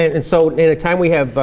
and so anytime we have ah.